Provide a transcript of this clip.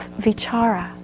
vichara